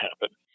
happen